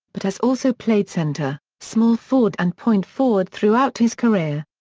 but has also played center, small forward and point forward throughout his career.